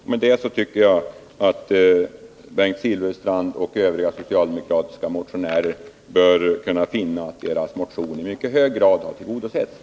Därmed har, tycker jag, Bengt Silfverstrands och övriga socialdemokratiska motionärers önskemål i mycket hög grad tillgodosetts.